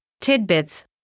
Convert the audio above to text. tidbits